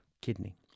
kidney